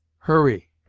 hurry,